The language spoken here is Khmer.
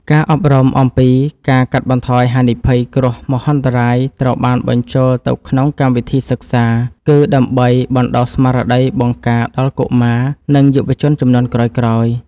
ការអប់រំអំពីការកាត់បន្ថយហានិភ័យគ្រោះមហន្តរាយត្រូវបានបញ្ចូលទៅក្នុងកម្មវិធីសិក្សា គឺដើម្បីបណ្តុះស្មារតីបង្ការដល់កុមារ និងយុវជនជំនាន់ក្រោយៗ។